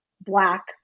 Black